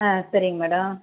ஆ சரிங்க மேடம்